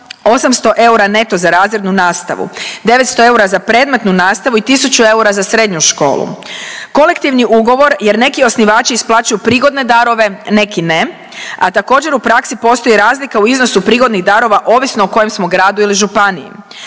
800 eura neto za razrednu nastavu, 900 eura za predmetnu raspravu i 1000 eura za srednju školu, kolektivni ugovor jer neki osnivači isplaćuju prigodne darove, neki ne, a također u praksi postoji razlika u iznosu prigodnih darova ovisno u kojem smo gradu ili županiji.